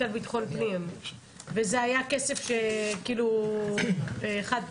על בטחון פנים וזה היה כסף שכאילו חד פעמי.